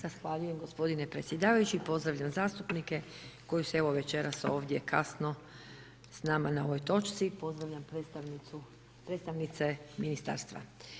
Zahvaljujem gospodine predsjedavajući, pozdravljam zastupnike koji su evo večeras ovdje kasno s nama na ovoj točci, pozdravljam predstavnice ministarstva.